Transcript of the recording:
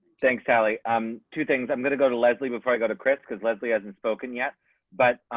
thanks tally um, two things. i'm gonna go to leslie before i go to chris because leslie hasn't spoken yet but